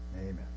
Amen